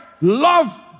love